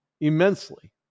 immensely